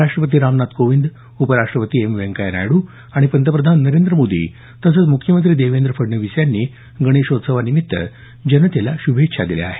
राष्ट्रपती रामनाथ कोविंद उपराष्ट्रपती एम व्यंकय्या नायडू आणि पंतप्रधान नरेंद्र मोदी आणि मुख्यमंत्री देवेंद्र फडणवीस यांनी गणेशोत्सवानिमित्त जनतेला शुभेच्छा दिल्या आहेत